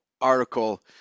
article